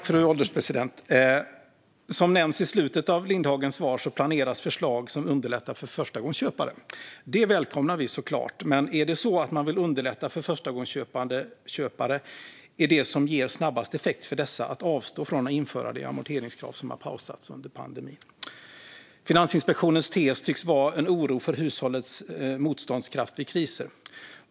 Fru ålderspresident! Som nämns i slutet av Lindhagens svar planeras förslag som underlättar för förstagångsköpare. Detta välkomnar vi såklart. Men det som ger snabbast effekt om man vill underlätta för förstagångsköpare är att avstå från att återinföra det amorteringskrav som har pausats under pandemin. Finansinspektionens tes tycks vara en oro för hushållens motståndskraft vid kriser.